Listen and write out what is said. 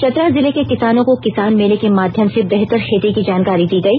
चतरा जिले के किसानों को किसान मेले के माध्यम से बेहतर खेती की जानकारी दी गई